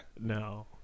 No